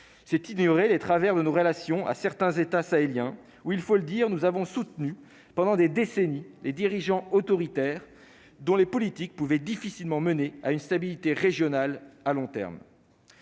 c'est ignorer les travers de nos relations à certains États sahéliens où il faut le dire, nous avons soutenu pendant des décennies, les dirigeants autoritaires dont les politiques pouvaient difficilement mener à une stabilité régionale à long terme,